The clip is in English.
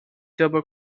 double